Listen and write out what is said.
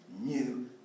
new